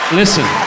listen